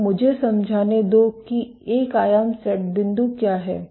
तो मुझे समझाने दो कि एक आयाम सेट बिंदु क्या है